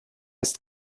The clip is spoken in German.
ist